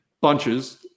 bunches